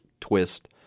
twist